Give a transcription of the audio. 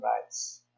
rights